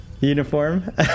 uniform